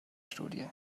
studie